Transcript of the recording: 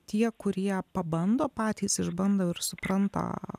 tie kurie pabando patys išbando ir supranta